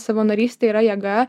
savanorystė yra jėga